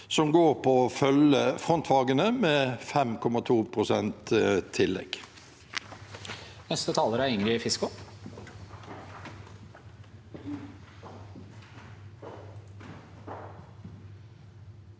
og går på å følge frontfaget, med 5,2 pst. tillegg.